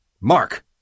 mark